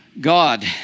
God